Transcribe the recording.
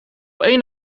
één